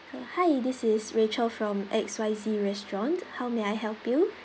oh hi this is rachel from X Y Z restaurant how may I help you